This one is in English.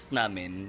namin